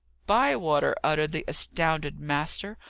bywater! uttered the astounded master.